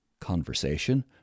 Conversation